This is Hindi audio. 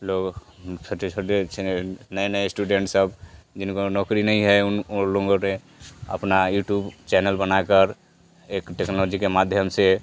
लोग छोटे छोटे से नए नए स्टूडेंट सब जिनको नौकरी नहीं है उन उन लोगों ने अपना यूट्यूब चैनल बनाकर एक टेक्नोलॉजी के माध्यम से